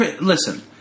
Listen